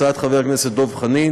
הצעת חבר הכנסת דב חנין,